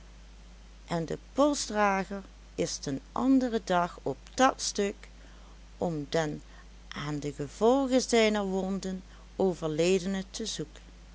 en de polsdrager is den anderen dag op dat stuk om den aan de gevolgen zijner wonden overledene te zoeken